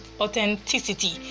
authenticity